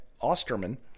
Osterman